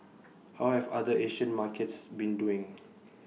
how have other Asian markets been doing